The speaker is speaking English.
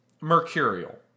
mercurial